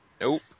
Nope